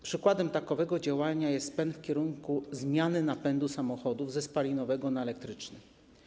Przykładem takowego działania jest pęd w kierunku zmiany napędu samochodów ze spalinowego na elektryczny.